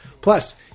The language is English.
Plus